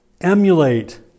emulate